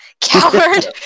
Coward